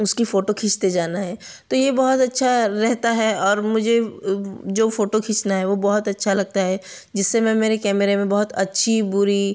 उसकी फ़ोटो खींचते जाना है तो यह बहुत अच्छा रहता है और मुझे जो फ़ोटो खींचना है वह बहुत अच्छा लगता है जिससे मैं मेरे कैमरे में बहुत अच्छी बुरी